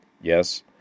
Yes